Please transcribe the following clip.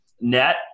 net